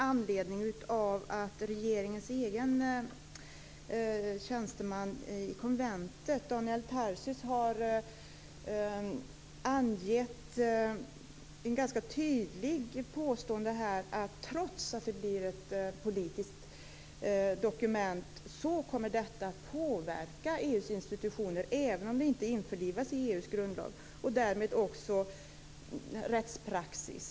Anledningen är att regeringens egen tjänsteman i konventet, Daniel Tarschys, ganska tydligt har påstått att trots att det blir ett politiskt dokument kommer detta att påverka EU:s institutioner, även om det inte införlivas i EU:s grundlag, och därmed också rättspraxis.